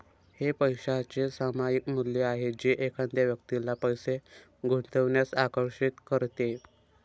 हे पैशाचे सामायिक मूल्य आहे जे एखाद्या व्यक्तीला पैसे गुंतवण्यास आकर्षित करते